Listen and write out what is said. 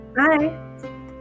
Hi